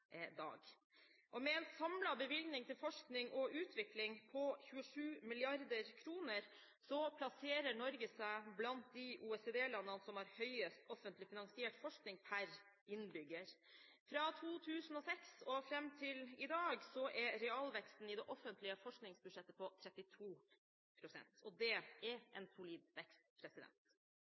hver dag. Med en samlet bevilgning til forskning og utvikling på 27 mrd. kr plasserer Norge seg blant de OECD-landene som har høyest offentlig finansiert forskning per innbygger. Fra 2006 og fram til i dag er realveksten i det offentlige forskningsbudsjettet på 32 pst. Det er en solid vekst.